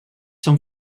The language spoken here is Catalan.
són